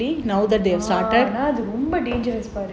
அது ரொம்ப:athu romba